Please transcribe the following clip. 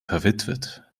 verwitwet